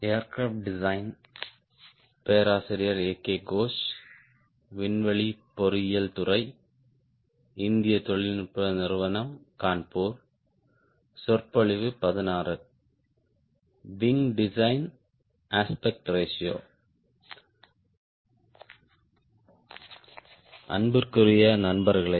அன்பிற்குரிய நண்பர்களே